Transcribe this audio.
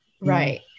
right